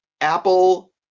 apple